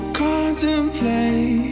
contemplate